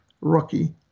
rocky